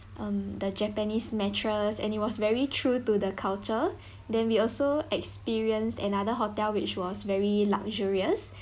um the japanese mattress and it was very true to the culture then we also experienced another hotel which was very luxurious